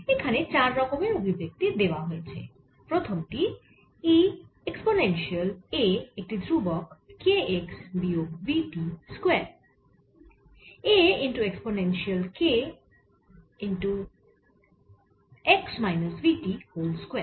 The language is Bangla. এখানে চার রকমের অভিব্যক্তি দেওয়া হয়েছে প্রথম টি e এক্সপোনেনশিয়াল A একটি ধ্রুবক k x বিয়োগ v t স্কয়ার